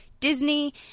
Disney